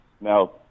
Now